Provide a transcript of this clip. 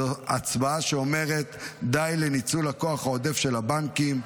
זו הצבעה שאומרת די לניצול הכוח העודף של הבנקים.